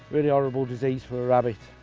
really horrible disease for a rabbit,